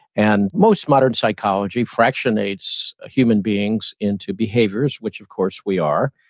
and most modern psychology fractionates human beings into behaviors, which of course, we are,